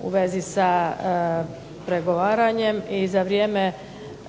u vezi sa progovaranjem. I za vrijeme